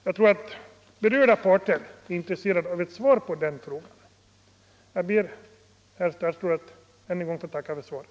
Jag tror att berörda parter är intresserade av ett svar på den frågan. Jag ber, herr statsråd, att än en gång få tacka för svaret.